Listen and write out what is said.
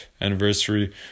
anniversary